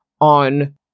on